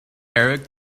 eric